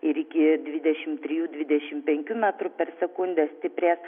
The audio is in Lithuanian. ir iki dvidešimt trijų dvidešimt penkių metrų per sekundę stiprės